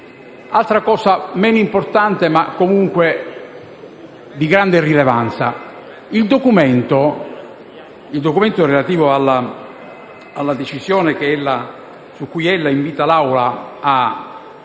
Altra questione meno importante, ma comunque di grande rilevanza è che il documento relativo alla decisione su cui ella invita l'Assemblea